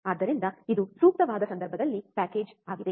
ಆದ್ದರಿಂದ ಇದು ಸೂಕ್ತವಾದ ಸಂದರ್ಭದಲ್ಲಿ ಪ್ಯಾಕೇಜ್ ಆಗಿದೆ